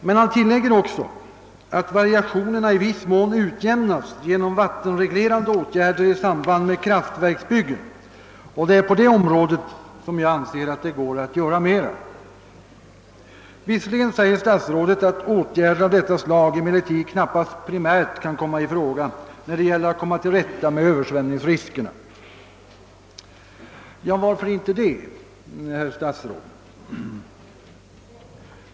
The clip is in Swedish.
Men han tillägger också att variationerna i viss mån utjämnats genom vattenreglerande åtgärder i samband med kraftverksbyggen, och det är på det området som jag anser att det går att göra mera. Visserligen säger statsrådet att åtgärder av detta slag emellertid knappast primärt kan komma i fråga när det gäller att komma till rätta med översvämningsriskerna. Varför inte det, herr statsråd?